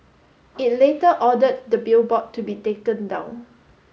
it later ordered the billboard to be taken down